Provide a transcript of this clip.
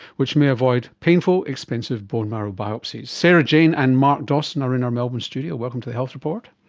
which may avoid painful, expensive bone marrow biopsies. sarah-jane and mark dawson are in our melbourne studio. welcome to the health report.